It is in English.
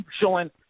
showing